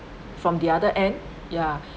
from the other end ya